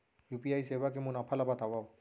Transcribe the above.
UPI सेवा के मुनाफा ल बतावव?